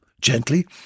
Gently